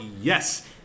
yes